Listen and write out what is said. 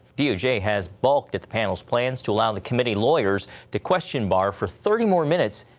doj has balked at the panel's plans to allow the committee lawyers to question barr for thirty more minutes.